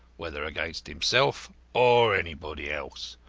whether against himself or anybody else.